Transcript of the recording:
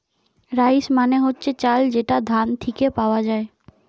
rice মানে হচ্ছে চাল যেটা ধান থিকে পাওয়া যায়